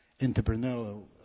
Entrepreneurial